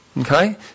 Okay